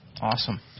Awesome